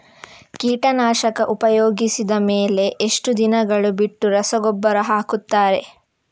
ಕೀಟನಾಶಕ ಉಪಯೋಗಿಸಿದ ಮೇಲೆ ಎಷ್ಟು ದಿನಗಳು ಬಿಟ್ಟು ರಸಗೊಬ್ಬರ ಹಾಕುತ್ತಾರೆ?